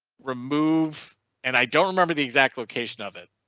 remove and i don't remember the exact location of it,